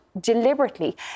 deliberately